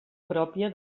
pròpia